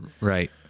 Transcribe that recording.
Right